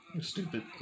stupid